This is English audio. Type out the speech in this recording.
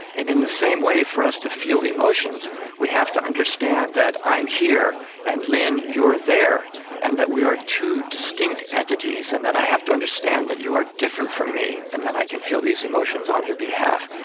in in the same way for us to feel emotions we have to understand that i am here and, lynne, you're there and that we are two distinct entities and that i have to understand that you are different from me and then i can feel these emotions on your behalf.